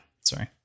sorry